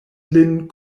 lin